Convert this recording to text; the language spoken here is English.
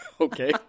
Okay